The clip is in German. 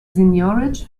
seigniorage